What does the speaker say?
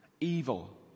evil